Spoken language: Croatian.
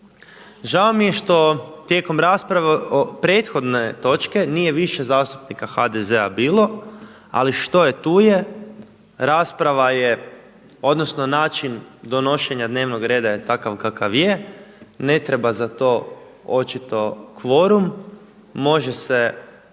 Žao mi je što tijekom rasprave prethodne točke nije više zastupnika HDZ-a bilo, ali što je tu je, rasprava je odnosno način donošenja dnevnog reda je takav kakav je, ne treba za to očito kvorum, može se da